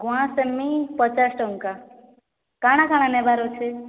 ଗୁଆଁସେମି ପଚାଶ ଟଙ୍କା କାଣା କାଣା ନେବାର ଅଛେ